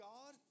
God